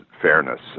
Fairness